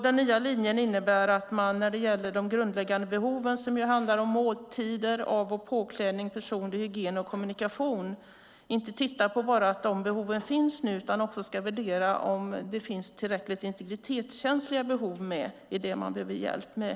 Den nya linjen innebär att man när det gäller de grundläggande behoven - det handlar om måltider, av och påklädning, personlig hygien och kommunikation - nu inte bara ska titta på om behoven finns utan också värdera om det finns tillräckligt integritetskänsliga behov med i det som människor behöver hjälp med.